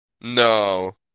No